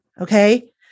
okay